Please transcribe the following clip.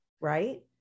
Right